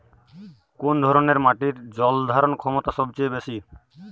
কোন ধরণের মাটির জল ধারণ ক্ষমতা সবচেয়ে বেশি?